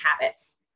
habits